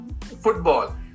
football